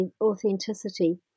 authenticity